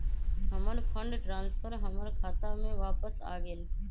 हमर fund transfer हमर खाता में वापस आ गेल